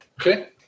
Okay